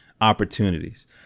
opportunities